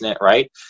right